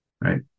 right